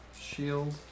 shield